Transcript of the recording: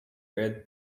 add